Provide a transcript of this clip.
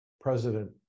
president